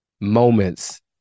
moments